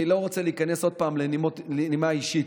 עוד פעם, אני לא רוצה להיכנס לנימה אישית,